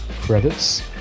Credits